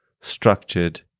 structured